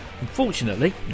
Unfortunately